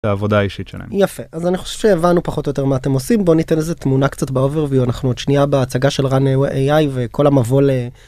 עבודה אישית שלהם יפה אז אני חושב אני פחות או יותר מה אתם עושים בוא ניתן לזה תמונה קצת ב-overview ואנחנו שנייה בהצגה של runway AI וכל המבוא.